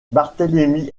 barthélemy